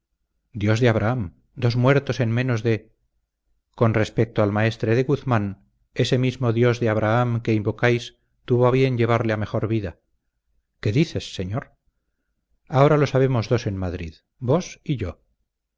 dios de abraham dos muertos en menos de con respecto al maestre guzmán ese mismo dios de abraham que invocáis tuvo a bien llevarle a mejor vida qué dices señor ahora lo sabemos dos en madrid vos y yo